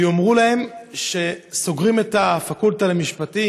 ויאמרו להם שסוגרים את הפקולטה למשפטים,